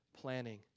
planning